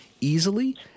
easily